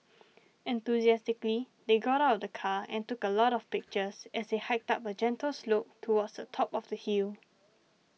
enthusiastically they got out of the car and took a lot of pictures as they hiked up a gentle slope towards the top of the hill